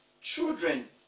children